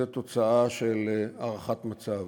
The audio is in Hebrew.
זה תוצאה של הערכת מצב.